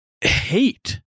hate